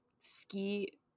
ski –